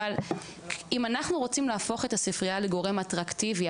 אבל אם אנחנו רוצים להפוך את הספרייה לגורם אטרקטיבי,